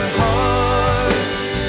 hearts